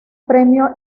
premio